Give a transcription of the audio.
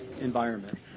environment